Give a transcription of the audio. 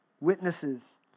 witnesses